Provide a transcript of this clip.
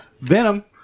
Venom